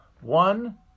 One